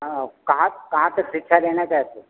कहाँ कहाँ से शिक्षा लेना चाहते हैं